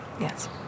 Yes